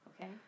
okay